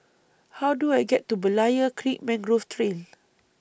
How Do I get to Berlayer Creek Mangrove Trail